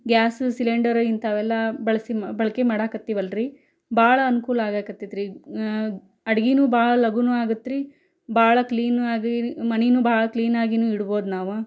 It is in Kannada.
ಗ್ಯಾಸ್ ಸಿಲಿಂಡರ್ ಇಂಥವೆಲ್ಲ ಬಳಸಿ ಮ ಬಳಕೆ ಮಾಡಾಕತ್ತೀವಲ್ರಿ ಭಾಳ ಅನುಕೂಲ ಆಗಾಕತ್ತೈತ್ರಿ ಅಡ್ಗೇನೂ ಭಾಳ ಲಗೂನು ಆಗುತ್ರಿ ಭಾಳ ಕ್ಲೀನು ಆಗಿ ಮನೆನು ಭಾಳ ಕ್ಲೀನಾಗಿಯೂ ಇಡ್ಬೋದು ನಾವು